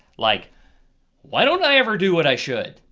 like why don't i ever do what i should?